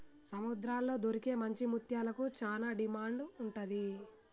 సముద్రాల్లో దొరికే మంచి ముత్యాలకు చానా డిమాండ్ ఉంటది